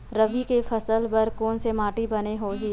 रबी के फसल बर कोन से माटी बने होही?